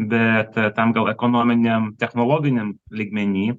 bet tam gal ekonominiam technologiniam lygmeny